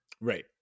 Right